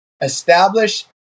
Establish